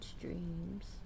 dreams